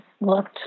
looked